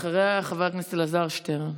אחריה, חבר הכנסת אלעזר שטרן.